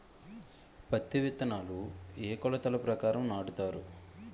పత్తి విత్తనాలు ఏ ఏ కొలతల ప్రకారం నాటుతారు?